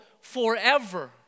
forever